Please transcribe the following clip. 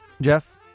Jeff